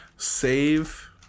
Save